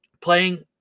playing